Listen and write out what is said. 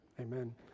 Amen